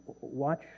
watch